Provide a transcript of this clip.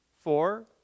Four